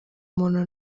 muntu